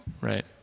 right